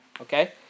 Okay